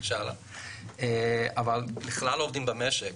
אז זה נוגע בכלל לעובדים במשק.